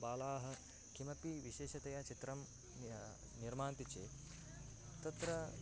बालाः किमपि विशेषतया चित्रं निर्मान्ति चेत् तत्र